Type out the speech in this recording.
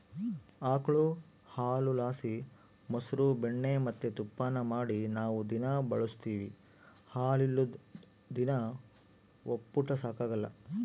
ಆಕುಳು ಹಾಲುಲಾಸಿ ಮೊಸ್ರು ಬೆಣ್ಣೆ ಮತ್ತೆ ತುಪ್ಪಾನ ಮಾಡಿ ನಾವು ದಿನಾ ಬಳುಸ್ತೀವಿ ಹಾಲಿಲ್ಲುದ್ ದಿನ ಒಪ್ಪುಟ ಸಾಗಕಲ್ಲ